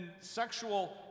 sexual